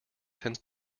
tends